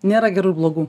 nėra gerų ir blogų